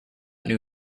new